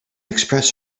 express